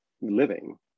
living